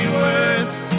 worse